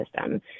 system